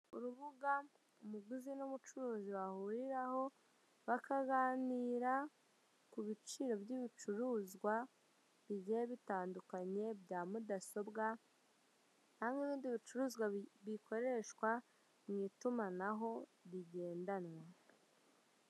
Urubuga umuguzi n'umucuruzi bahuriraho bakaganira ku biciro by'ibicuruzwa, bigiye bitandukanye bya mudasobwa, hamwe n'ibindi bicuruzwa bikoreshwa mu itumanaho rigendanwa.